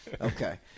okay